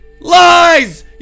lies